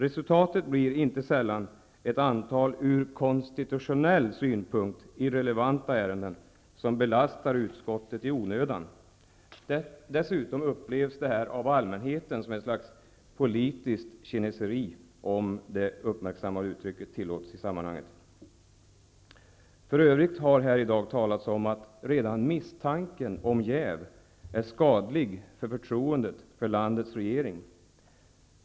Resultatet blir inte sällan ett antal ur konstitutionell synpunkt irrelevanta ärenden, som belastar utskottet i onödan. Dessutom upplevs det av allmänheten som ett slags politiskt ''kineseri'', om detta uppmärksammade uttryck tillåts i sammanhanget. För övrigt har här i dag talats om att redan misstanken om jäv är skadlig för förtroendet för landets regering.